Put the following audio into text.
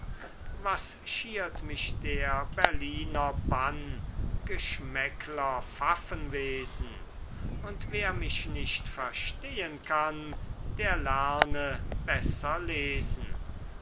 was schiert mich der berliner bann geschmäcklerpfaffenwesen und wer mich nicht verstehen kann der lerne besser lesen